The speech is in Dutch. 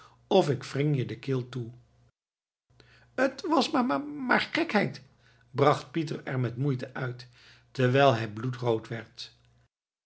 of ik wring je de keel toe het was m maar gek heid bracht pieter er met moeite uit terwijl hij bloedrood werd